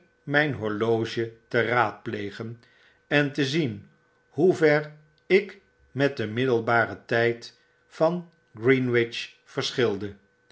mp horloge te raadplegen en te zien hoe ver ik met den middelbaren tijd van greenwich verschilde